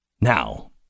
Now